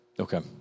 Okay